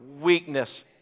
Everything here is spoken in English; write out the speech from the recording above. Weakness